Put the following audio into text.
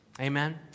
Amen